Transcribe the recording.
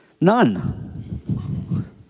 none